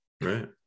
Right